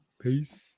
Peace